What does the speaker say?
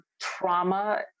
trauma